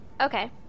Okay